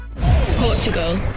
Portugal